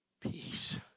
Peace